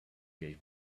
gave